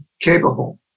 capable